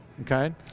Okay